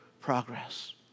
progress